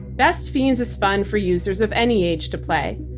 best fiends is fun for users of any age to play.